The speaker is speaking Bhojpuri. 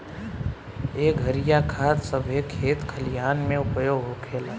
एह घरिया खाद सभे खेत खलिहान मे उपयोग होखेला